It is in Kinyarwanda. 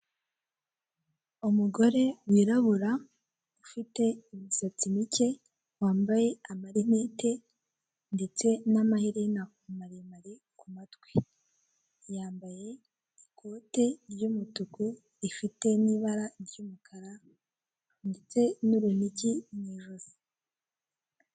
Umugore wirabura ufite imisatsi mike, wambaye amarinete ndetse n'amaherena maremare ku matwi, yambaye ikote ry'umutuku rifite n'ibara ry'umukara ndetse n'urunigi mu ijosi.